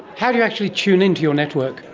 how do you actually tune in to your network?